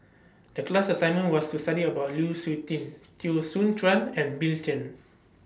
The class assignment was to study about Lu Suitin Teo Soon Chuan and Bill Chen